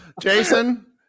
Jason